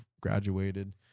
graduated